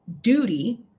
duty